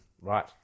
Right